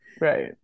Right